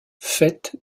faite